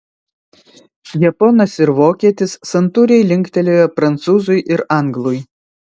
japonas ir vokietis santūriai linktelėjo prancūzui ir anglui